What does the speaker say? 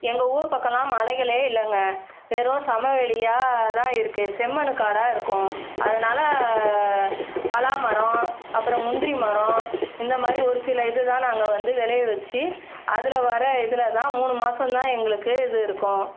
எங்கள் ஊர் பக்கம்லாம் மலைகளே இல்லைங்க வெறும் சமவெளியாக தான் இருக்குது செம்மண் காடாக இருக்கும் அதனால் பலாமரம் அப்புறம் முந்திரி மரம் இந்தமாதிரி ஒரு சில இதுதான் நாங்கள் வந்து விளைய வச்சு அதில் வர இதில் தான் மூணு மாதம் தான் எங்களுக்கு இது இருக்கும்